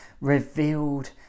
revealed